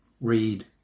read